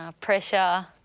pressure